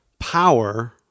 power